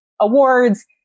awards